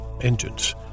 engines